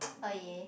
oh ya